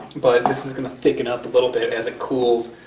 but this is gonna thicken up a little bit as it cools